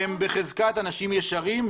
יועצים משפטיים הם בחזקת אנשים ישרים.